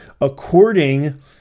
According